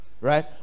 right